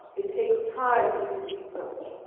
it takes time to do research.